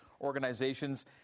organizations